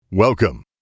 Welcome